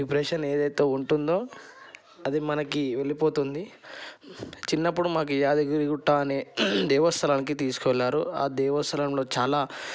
depression ఏదైతే ఉంటుందో అది మనకి వెళ్ళిపోతుంది చిన్నప్పుడు మాకు యాదగిరిగుట్ట అనే దేవస్థానానికి తీసుకెళ్ళారు ఆ దేవస్థానంలో చాలా